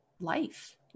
life